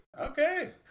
Okay